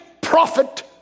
prophet